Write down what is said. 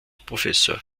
professor